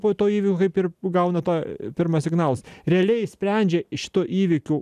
po to įvykio kaip ir gauna tą pirmas signalas realiai sprendžia iš tų įvykių